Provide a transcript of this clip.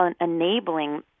enabling